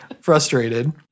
frustrated